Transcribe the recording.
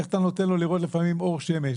איך אתה נותן לו לראות לפעמים אור שמש,